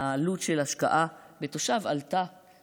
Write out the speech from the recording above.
העלות של השקעה בתושב עלתה